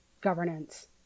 governance